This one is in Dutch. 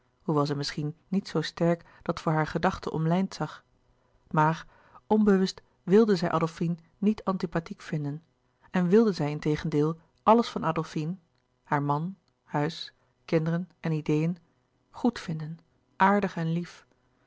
hoewel zij misschien niet zoo sterk dat voor hare gedachten omlijnd zag maar onbewust wilde zij adolfine niet antipathiek vinden en wilde zij integendeel alles van adolfine haar man huis kinderen en ideeën goed vinden aardig en lief